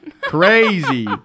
Crazy